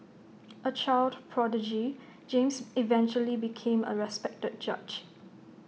A child prodigy James eventually became A respected judge